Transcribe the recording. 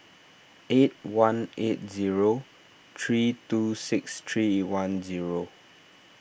eight one eight zero three two six three one zero